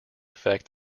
effect